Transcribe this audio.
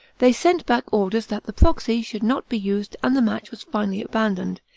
they sent back orders that the proxy should not be used, and the match was finally abandoned,